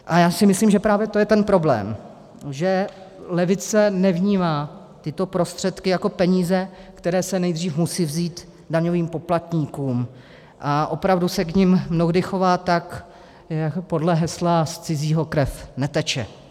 A já si myslím, že to je právě ten problém, že levice nevnímá tyto prostředky jako peníze, které se nejdřív musí vzít daňovým poplatníkům, a opravdu se k nim mnohdy chová podle hesla z cizího krev neteče.